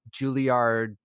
Juilliard